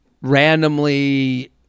randomly